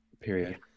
Period